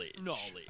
Knowledge